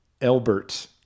Elbert